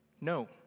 No